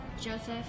Joseph